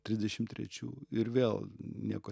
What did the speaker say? trisdešim trečių ir vėl nieko